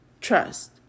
trust